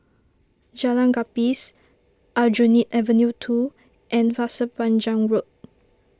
Jalan Gapis Aljunied Avenue two and Pasir Panjang Road